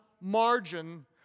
margin